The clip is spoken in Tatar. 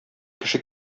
кеше